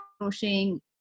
crocheting